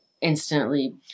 instantly